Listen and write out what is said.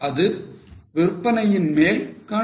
அது விற்பனையில் மேல் contribution